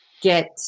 get